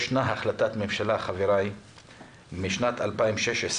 יש החלטת ממשלה משנת 2016,